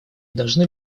должны